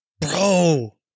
Bro